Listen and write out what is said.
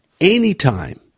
anytime